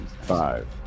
Five